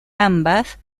ambas